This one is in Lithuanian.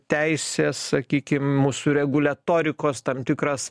teisės sakykim mūsų reguliatorikos tam tikras